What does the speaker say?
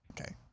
Okay